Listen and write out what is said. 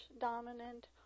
dominant